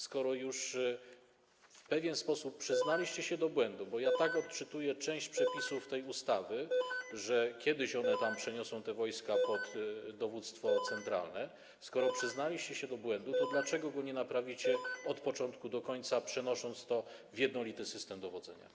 Skoro już w pewien sposób przyznaliście się do błędu, bo tak odczytuję część przepisów tej ustawy, że kiedyś one tam przeniosą te wojska pod dowództwo centralne, skoro przyznaliście się do błędu, to dlaczego go nie naprawicie od początku do końca, przenosząc to w jednolity system dowodzenia?